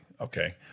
Okay